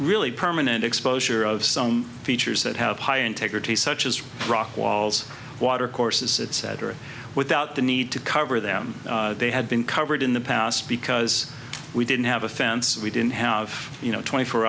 really permanent exposure of some features that have high integrity such as rock walls water courses etc without the need to cover them they had been covered in the past because we didn't have a fence we didn't have you know twenty four